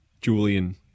Julian